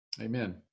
Amen